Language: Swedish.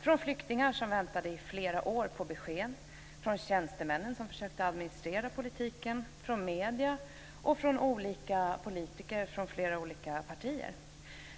från flyktingar som väntade i flera år på besked, från tjänstemännen som försökte administrera politiken, från medierna och från politiker i flera olika partier.